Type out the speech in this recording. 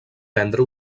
prendre